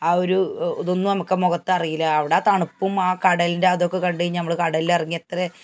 ആ ഒരു ഇതൊന്നും നമുക്ക് മുഖത്ത് അറിയില്ല അവടെ തണുപ്പും ആ കടലിന്റെ അതൊക്കെ കണ്ടു കഴിഞ്ഞാല് നമ്മള് കടലിലിറങ്ങി എത്രേ